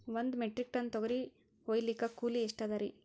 ಒಂದ್ metric tonne ತೊಗರಿ ಹೋಯಿಲಿಕ್ಕ ಕೂಲಿ ಎಷ್ಟ ಅದರೀ?